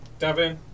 Davin